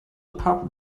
pub